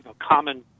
common